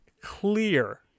clear